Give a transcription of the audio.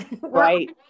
Right